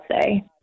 say